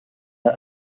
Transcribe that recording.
der